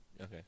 okay